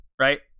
right